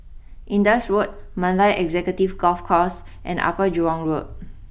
Indus Road Mandai Executive Golf Course and Upper Jurong Road